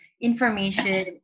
information